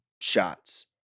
shots